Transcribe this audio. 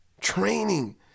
Training